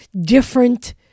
different